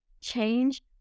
change